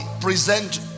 present